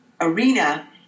arena